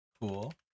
Cool